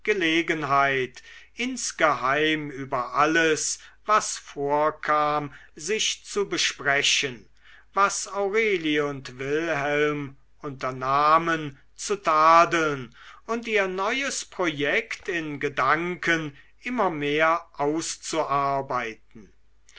gelegenheit insgeheim über alles was vorkam sich zu besprechen was aurelie und wilhelm unternahmen zu tadeln und ihr neues projekt in gedanken immer mehr auszuarbeiten